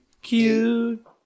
Cute